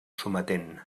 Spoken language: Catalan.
sometent